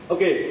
Okay